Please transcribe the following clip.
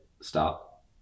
stop